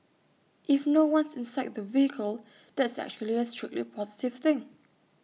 if no one's inside the vehicle that's actually A strictly positive thing